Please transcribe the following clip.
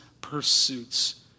pursuits